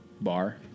bar